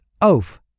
Oaf